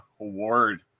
Award